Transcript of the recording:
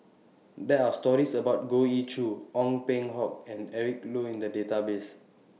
There Are stories about Goh Ee Choo Ong Peng Hock and Eric Low in The Database